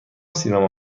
سینما